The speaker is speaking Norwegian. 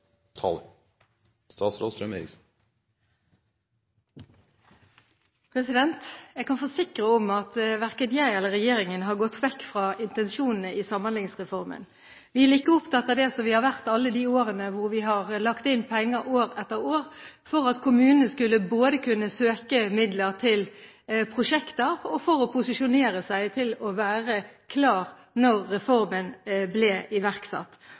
opptatt av det som vi har vært i alle de årene vi har lagt inn penger – år etter år – for at kommunene skulle kunne søke midler til prosjekter og posisjonere seg til å være klar når reformen ble iverksatt.